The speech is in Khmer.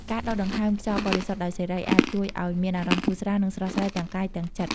ការដកដង្ហើមខ្យល់បរិសុទ្ធដោយសេរី អាចជួយឲ្យមានអារម្មណ៍ធូរស្រាល និងស្រស់ស្រាយទាំងកាយទាំងចិត្ត។